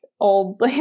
old